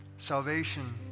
salvation